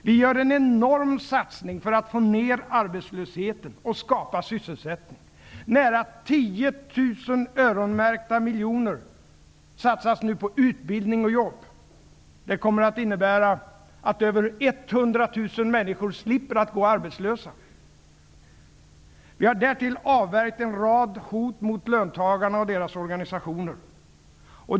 Vi gör en enorm satsning för att få ned arbetslösheten och skapa sysselsättning. Nära 10 000 öronmärkta miljoner satsas nu på utbildning och jobb. Det kommer att innebära att mer än 100 000 människor slipper att gå arbetslösa. Vi har dessutom avvärjt en rad hot mot löntagarna och deras organisationer.